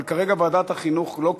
אבל כרגע ועדת החינוך לא קיימת,